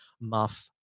Muff